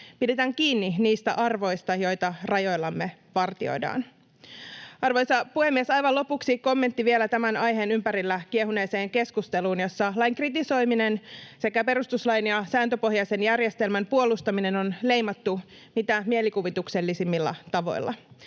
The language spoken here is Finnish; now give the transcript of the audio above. Pidetään kiinni niistä arvoista, joita rajoillamme vartioidaan. Arvoisa puhemies! Aivan lopuksi kommentti vielä tämän aiheen ympärillä kiehuneeseen keskusteluun, jossa lain kritisoiminen sekä perustuslain ja sääntöpohjaisen järjestelmän puolustaminen on leimattu mitä mielikuvituksellisimmilla tavoilla.